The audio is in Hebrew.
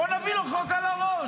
בואו נביא לו חוק על הראש.